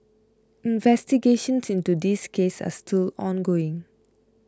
investigations into this case are still ongoing